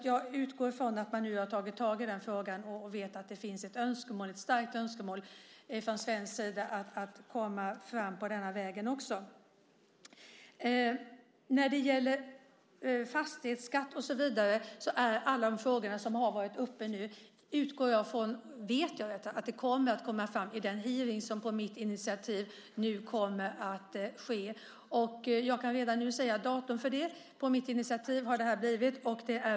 Jag utgår från att man nu har tagit tag i den frågan, och jag vet att det finns ett starkt önskemål från svensk sida att komma fram på denna väg också. När det gäller alla de frågor om fastighetsskatt och så vidare som har varit uppe nu vet jag att de kommer upp i den hearing som ska ske på mitt initiativ. Jag kan redan nu säga vilket datum det blir.